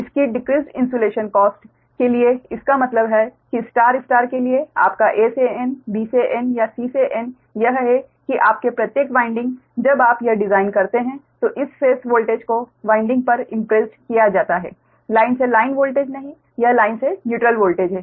इसकी decreased insulation cost के लिए इसका मतलब है कि स्टार स्टार के लिए कि आपका A से n B से n या C से n यह है कि आपके प्रत्येक वाइंडिंग जब आप यह डिज़ाइन करते हैं तो इस फेस वोल्टेज को वाइंडिंग पर इम्प्रेस्ड किया जाता है लाइन से लाइन वोल्टेज नहीं यह लाइन से न्यूट्रल वोल्टेज है